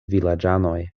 vilaĝanoj